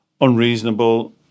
unreasonable